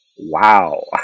wow